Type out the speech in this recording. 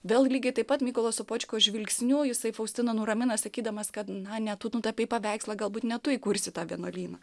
vėl lygiai taip pat mykolo sopočko žvilgsniu jisai faustiną nuramina sakydamas kad na ne tu tapei paveikslą galbūt ne tu įkursi tą vienuolyną